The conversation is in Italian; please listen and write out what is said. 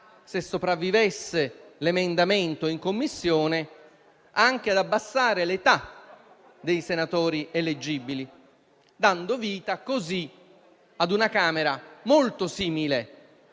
se sopravvivesse l'emendamento approvato in Commissione, anche ad abbassare l'età dei senatori eleggibili, dando vita così ad una Camera molto simile